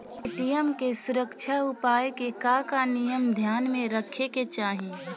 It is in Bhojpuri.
ए.टी.एम के सुरक्षा उपाय के का का नियम ध्यान में रखे के चाहीं?